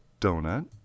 donut